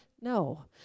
No